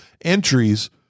entries